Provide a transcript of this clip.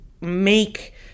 make